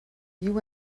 you